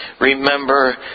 remember